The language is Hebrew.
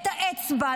את האצבע,